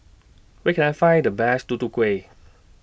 Where Can I Find The Best Tutu Kueh